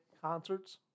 concerts